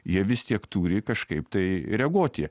jie vis tiek turi kažkaip tai reaguoti